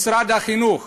משרד החינוך